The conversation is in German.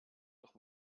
doch